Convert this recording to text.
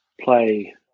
play